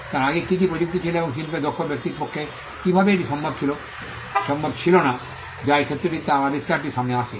তাঁর আগে কী কী প্রযুক্তি ছিল এবং শিল্পে দক্ষ ব্যক্তির পক্ষে কীভাবে এটি সম্ভব ছিল না যা এই ক্ষেত্রটি তাঁর আবিষ্কারটি সামনে আসে